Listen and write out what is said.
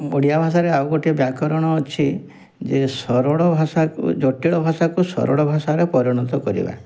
ଓଡ଼ିଆ ଭାଷାରେ ଆଉ ଗୋଟେ ବ୍ୟାକରଣ ଅଛି ଯେ ସରଳ ଭାଷାକୁ ଜଟିଳ ଭାଷାକୁ ସରଳ ଭାଷାରେ ପରିଣତ କରିବା